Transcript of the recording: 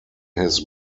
his